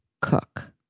cook